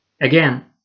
again